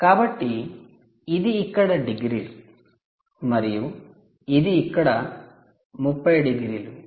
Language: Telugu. కాబట్టి ఇది ఇక్కడ డిగ్రీలు మరియు ఇది ఇక్కడ 30 డిగ్రీలు